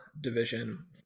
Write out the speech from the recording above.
division